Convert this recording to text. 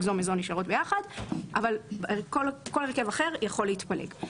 כל הרכב אחר יכול להתפלג.